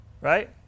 Right